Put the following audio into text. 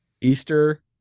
Easter